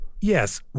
Yes